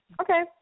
Okay